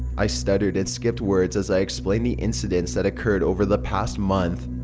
i stuttered and skipped words as i explained the incidents that occured over the past month.